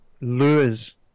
lures